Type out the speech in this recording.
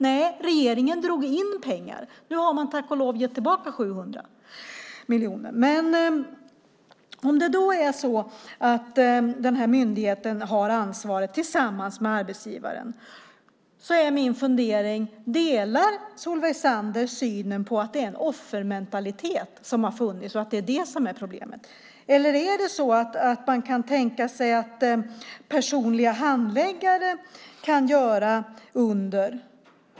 Nej, regeringen drog in pengar. Nu har man tack och lov gett tillbaka 700 miljoner. Myndigheten har ansvaret tillsammans med arbetsgivaren. Min fundering är: Delar Solveig Zander synen att det är en offermentalitet som har funnits och att det är vad som är problemet? Eller kan man tänka sig att personliga handläggare kan göra under?